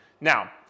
Now